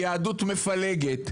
היא יהדות מפלגת,